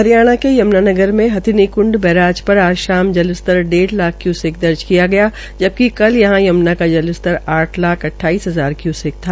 हरियाणा के यम्नानगर में हथनीक्ंड बैराज आज शाम जल स्तर डे लाख दर्ज किया गया जबकि कल यहां यमूना का जलस्तर आठ लाख क्यसेक अट्ठाइस हजार कयूसेक था